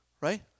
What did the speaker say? right